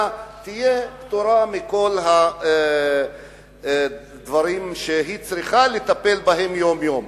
יהיו פטורים מכל הדברים שהם צריכים לטפל בהם יום-יום?